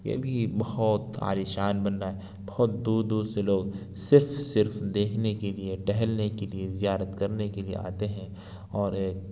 یہ بھی بہت عالیشان بن رہا ہے بہت دور دور سے لوگ صرف صرف دیکھنے کے لیے ٹہلنے کے لیے زیارت کرنے کے لیے آتے ہیں اور